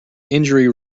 injury